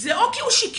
זה או כי הוא שיקר,